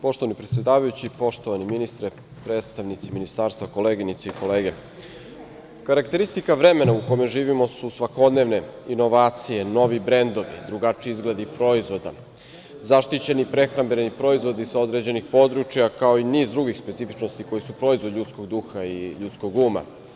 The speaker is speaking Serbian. Poštovani predsedavajući poštovani ministre, predstavnici Ministarstva, koleginice i kolege, karakteristika vremena u kome živimo su svakodnevne inovacije, novi brendovi, drugačiji izgledi proizvoda, zaštićeni prehrambeni proizvodi sa određenih područja, kao i niz drugih specifičnosti koje proizvod ljudskog duha i ljudskog uma.